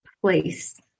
place